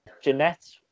Jeanette